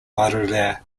madeira